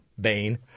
Bane